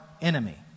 enemy